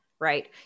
Right